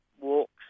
walks